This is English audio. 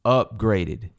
upgraded